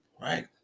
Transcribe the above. right